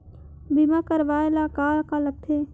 बीमा करवाय ला का का लगथे?